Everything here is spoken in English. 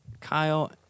Kyle